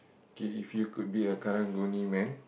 okay if you got be a Karang-Guni man